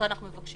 גם הוא מוגבל